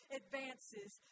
advances